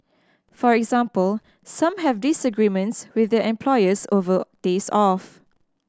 for example some have disagreements with their employers over days off